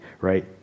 right